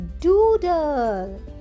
Doodle